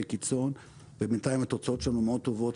קיצון ובינתיים התוצאות שלנו מאוד טובות.